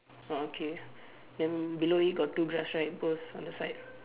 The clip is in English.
orh okay then below it got two grass right both on the side